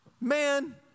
man